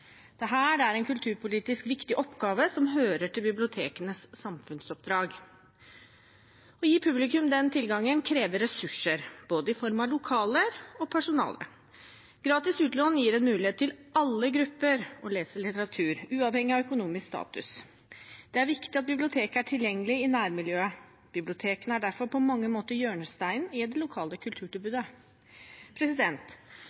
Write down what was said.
er en kulturpolitisk viktig oppgave som hører til bibliotekenes samfunnsoppdrag. Å gi publikum denne tilgangen krever ressurser i form av både lokaler og personale. Gratis utlån gir en mulighet til alle grupper å lese litteratur, uavhengig av økonomisk status. Det er viktig at biblioteket er tilgjengelig i nærmiljøet. Bibliotekene er derfor på mange måter en hjørnestein i det lokale